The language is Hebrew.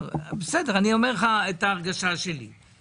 אני אומר לך את ההרגשה שלי.